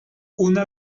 una